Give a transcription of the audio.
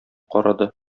карады